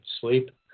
sleep